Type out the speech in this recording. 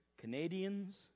Canadians